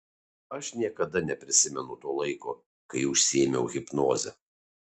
aš niekada neprisimenu to laiko kai užsiėmiau hipnoze